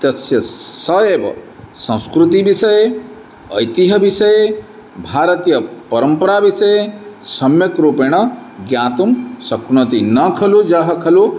तस्य सः एव संस्कृतिविषये ऐतिह्यविषये भारतीयपरम्पराविषये सम्यक् रूपेण ज्ञातुं शक्नोति न खलु यः खलु